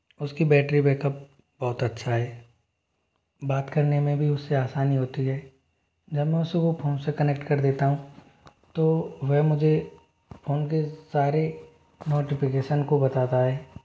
उस की battery backup बहुत अच्छा है बात करने में भी उस से आसानी होती है जब मैं उसे वो फ़ोन से कनेक्ट कर देता हूँ तो वो मुझे फ़ोन के सारे नोटिफिकेसन को बताता है